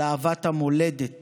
על אהבת המולדת